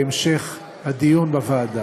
בהמשך הדיון בוועדה.